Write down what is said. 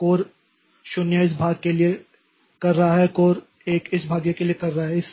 तो कोर 0 इस भाग के लिए कर रहा है कोर 1 इस भाग के लिए कर रहा है